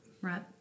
Right